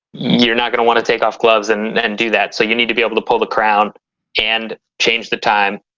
you're not gonna want to take off gloves and and do that, so you need to be able to pull the crown and change the time.